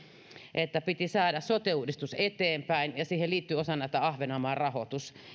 että piti saada sote uudistus eteenpäin ja siihen liittyi osana ahvenanmaan rahoitus